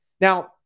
Now